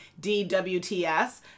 dwts